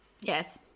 Yes